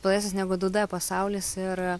platesnis negu du d pasaulis ir